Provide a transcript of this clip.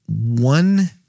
one